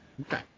okay